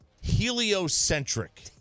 heliocentric